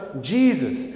Jesus